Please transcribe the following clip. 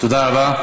תודה רבה.